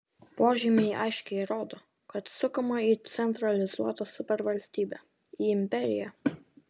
požymiai aiškiai rodo kad sukama į centralizuotą supervalstybę į imperiją